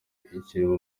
ikirimo